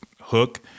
hook